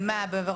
אלמ"ב,